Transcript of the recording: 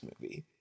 movie